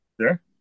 Sure